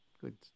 good